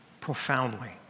Profoundly